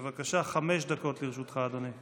בבקשה, חמש דקות לרשותך, אדוני.